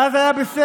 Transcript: ואז זה היה בסדר.